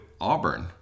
Auburn